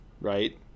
right